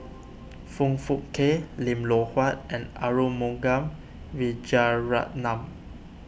Foong Fook Kay Lim Loh Huat and Arumugam Vijiaratnam